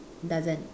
doesn't